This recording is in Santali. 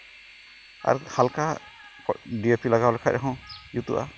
ᱟᱨ ᱦᱟᱞᱠᱟ ᱰᱤᱭᱮᱯᱤ ᱞᱟᱜᱟᱣ ᱞᱮᱠᱷᱟᱡ ᱦᱚᱸ ᱡᱩᱛᱩᱜᱼᱟ